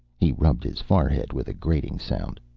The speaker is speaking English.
he rubbed his forehead with a grating sound.